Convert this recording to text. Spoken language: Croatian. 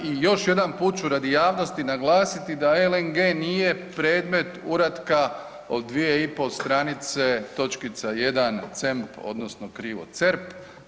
I još jedan put ću radi javnosti naglasiti da LNG-e nije predmet uratka od 2 i pol stranice točkica 1 CEMP odnosno krivo CERF.